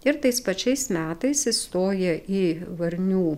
ir tais pačiais metais įstoja į varnių